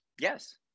Yes